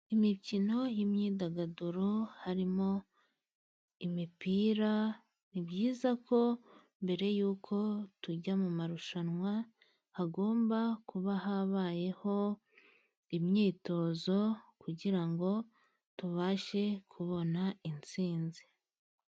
Imikino y'imyidagaduro harimo imipira, ni byiza ko mbere y'uko tujya mu marushanwa hagomba kuba habayeho imyitozo, kugira ngo tubashe kubona intsinzi.